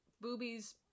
Boobies